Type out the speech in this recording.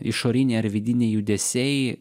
išoriniai ar vidiniai judesiai